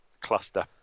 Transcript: cluster